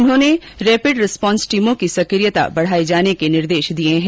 उन्होंने rapid response टीमे की सक्रियता बढ़ाई जाने के निर्देष दिये है